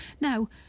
Now